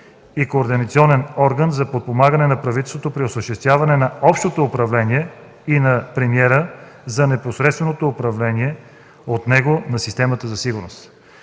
и координационен орган за подпомагане на правителството при осъществяване на общото управление, и на премиера за непосредственото управление от него на системата за сигурност.